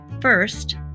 First